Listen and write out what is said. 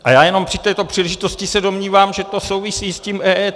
A já jenom při této příležitosti se domnívám, že to souvisí s tím EET.